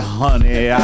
honey